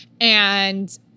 And-